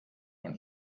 man